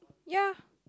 ya